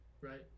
Right